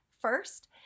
first